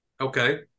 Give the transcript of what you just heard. Okay